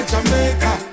Jamaica